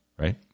right